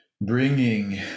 bringing